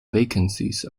vacancies